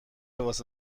واسه